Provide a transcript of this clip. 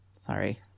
Sorry